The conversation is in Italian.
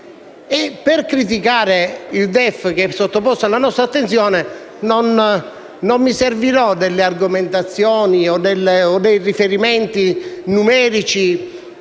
Per criticare il DEF che è sottoposto alla nostra attenzione non mi servirò delle argomentazioni o dei riferimenti numerici